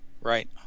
Right